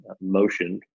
motion